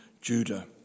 Judah